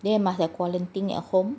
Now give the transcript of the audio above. then you must have quarantine at home